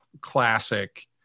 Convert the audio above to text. classic